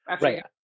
Right